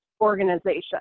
organization